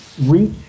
reach